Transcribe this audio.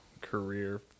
career